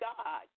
God